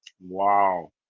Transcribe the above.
Wow